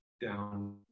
down